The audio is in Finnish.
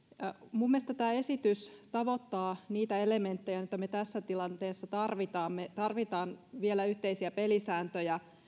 minun mielestäni tämä esitys tavoittaa niitä elementtejä joita me tässä tilanteessa tarvitsemme me tarvitsemme vielä yhteisiä pelisääntöjä